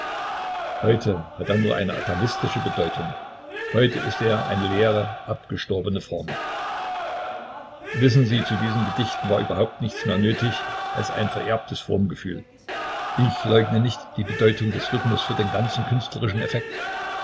heute hat er nur eine atavistische bedeutung heute ist er eine leere abgestorbene formel wissen sie zu diesen gedichten war überhaupt nichts mehr nötig als ein vererbtes formgefühl ich leugne nicht die bedeutung des rhythmus für den ganzen künstlerischen effekt